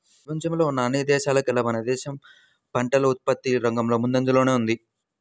పెపంచంలో ఉన్న అన్ని దేశాల్లోకేల్లా మన దేశం పంటల ఉత్పత్తి రంగంలో ముందంజలోనే ఉంది